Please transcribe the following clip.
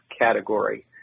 category